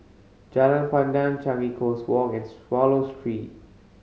Jalan Pandan Changi Coast Walk and Swallow Street